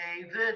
david